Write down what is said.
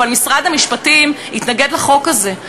אבל משרד המשפטים התנגד לחוק הזה.